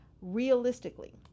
realistically